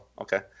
okay